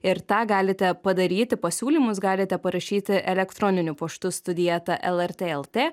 ir tą galite padaryti pasiūlymus galite parašyti elektroniniu paštu studija eta lrt lt